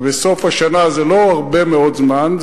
וסוף השנה זה לא הרבה מאוד זמן,